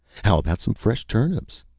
how about some fresh turnips.